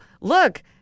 look